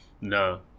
No